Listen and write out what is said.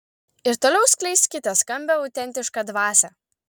ir toliau skleiskite skambią autentišką dvasią